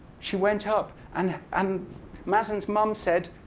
she went up, and um mazen's mom said,